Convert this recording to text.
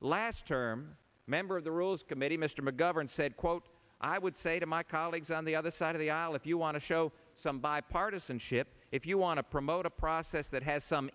last term member of the rules committee mr mcgovern said quote i would say to my colleagues on the other side of the aisle if you want to show some bipartisanship if you want to promote a process that has some